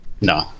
No